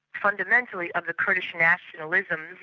fundamentally, of the kurdish nationalisms,